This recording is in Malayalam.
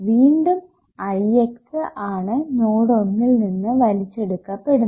വീണ്ടും Ix ആണ് നോഡ് ഒന്നിൽ നിന്ന് വലിച്ചെടുക്കപെടുന്നത്